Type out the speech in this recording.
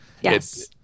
yes